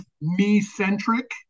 me-centric